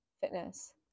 fitness